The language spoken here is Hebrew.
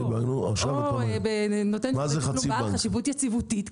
או נותן תשלום בעל חשיבות יציבותית,